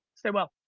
stay well,